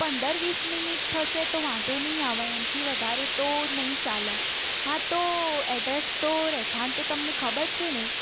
પંદર વીસ મિનીટ થશે તો વાંધો નહીં આવે એનાથી વધારે તો નહીં ચાલે હા તો એડ્રેસ તો રહેઠાણ તો તમને ખબર છે ને